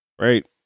right